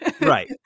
Right